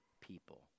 people